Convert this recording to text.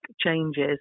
changes